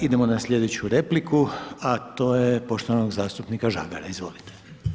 Idemo na slijedeću repliku a to je poštovanog zastupnika Žagara, izvolite.